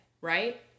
right